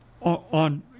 on